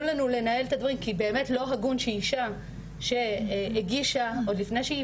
לנו לנהל את הדברים כי לא הגון שאישה שהגישה עוד לפני שהיא